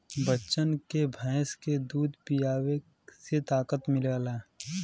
बच्चन के भैंस के दूध पीआवे से ताकत मिलेला